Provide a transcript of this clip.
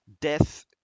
Death